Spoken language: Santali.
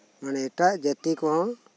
ᱢᱟᱱᱮ ᱮᱴᱟᱜ ᱡᱟᱹᱛᱤ ᱠᱚᱦᱚᱸ